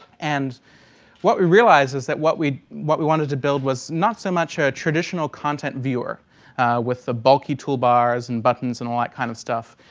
and what we realized is that what we what we wanted to build was not so much a traditional content viewer with the bulky tool bars, and buttons, and that kind of stuff.